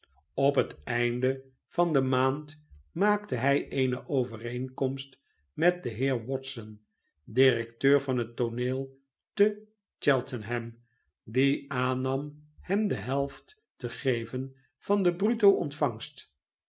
op het einde van de maand maakte hij eene overeenkomst met den heer watson directeur van het tooneel te cheltenham die aannam hem de helft te geven van de bruto ontvangst